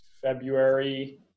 February